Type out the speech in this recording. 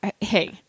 Hey